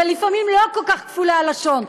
ולפעמים לא כל כך כפולי לשון,